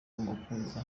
umukunzi